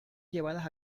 llevadas